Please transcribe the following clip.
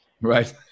Right